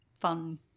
fun